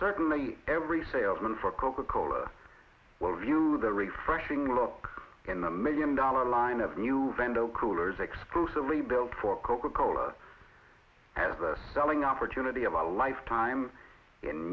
certainly every salesman for coca cola will review the refreshing lock in the million dollar line of new vento coolers exclusively built for coca cola as a selling opportunity of a lifetime in